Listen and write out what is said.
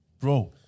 Bro